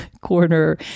corner